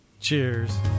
Cheers